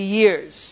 years